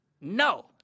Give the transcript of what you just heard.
No